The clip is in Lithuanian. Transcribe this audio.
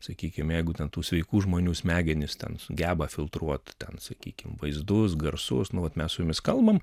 sakykim jeigu ten tų sveikų žmonių smegenys ten geba filtruot ten sakykim vaizdus garsus nu vat mes su jumis kalbam